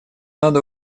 надо